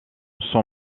son